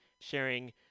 sharing